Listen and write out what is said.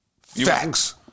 Facts